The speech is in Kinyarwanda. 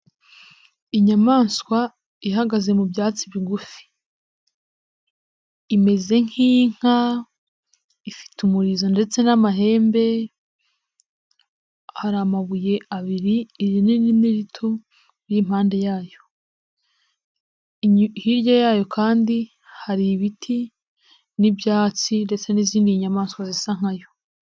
Iyamaswa ihagaze mu byatsi bigufi, imeze nk'inka, ifite umurizo ndetse n'amahembe, hari amabuye abiri, irinini n'irito ari impande yayo, hirya yayo kandi hari ibiti n'ibyatsi, n'izindi nyamaswa zisa nkayo.